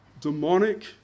demonic